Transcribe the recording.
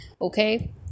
Okay